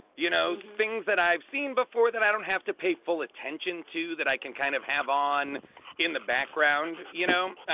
you know, things that i've seen before that i don't have to pay full attention to that i can kind of have on in the background. you know,